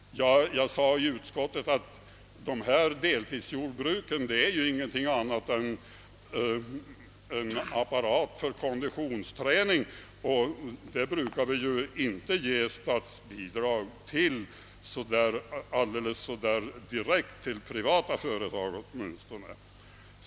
I utskottet anförde jag att deltidsjordbruket inte är annat än en plats för konditionsträning och till sådant brukar vi inte ge bidrag så där direkt, åtminstone inte när det gäller privata företag.